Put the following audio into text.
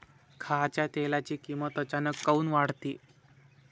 खाच्या तेलाची किमत अचानक काऊन वाढते?